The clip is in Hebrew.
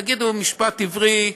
תגידו "משפט עברי".